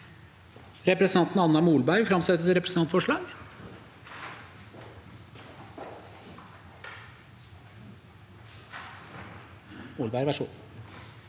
Representanten Anna Mol- berg vil framsette et representantforslag.